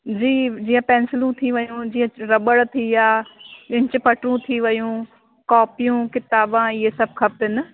जी जीअं पेंसिलूं थी वियूं जीअं रॿड़ थी विया इंच पटरूं थी वियूं कॉपियूं किताबां इहे सभु खपनि